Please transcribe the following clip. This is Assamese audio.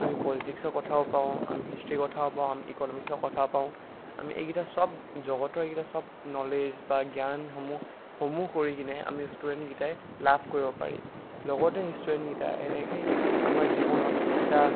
আমি পলিটিকছৰ কথাও পাওঁ আমি হিষ্ট্ৰি কথাও পাওঁ আমি ইকন'মিক্সৰ কথাও পাওঁ আমি এইকেইটা সব জগতৰ এইকেইটা সব নলেজ বা জ্ঞানসমূহ সমূহ কৰি কিনে আমি ষ্টুডেণ্টকেইটাই লাভ কৰিব পাৰি লগতে ষ্টুডেণ্টকেইটাই এনেকৈয়ে আমাৰ জীৱনত এটা